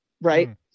right